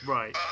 Right